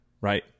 right